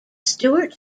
stuart